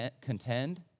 contend